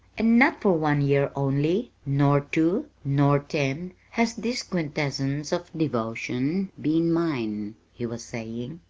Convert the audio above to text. and not for one year only, nor two, nor ten, has this quintessence of devotion been mine, he was saying,